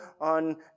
on